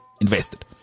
invested